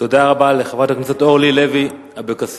תודה רבה לחברת הכנסת אורלי לוי אבקסיס,